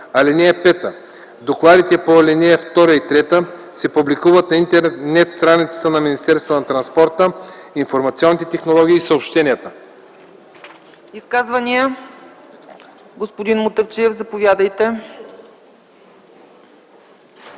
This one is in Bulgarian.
(5) Докладите по ал. 2 и 3 се публикуват на интернет страницата на Министерството на транспорта, информационните технологии и съобщенията.”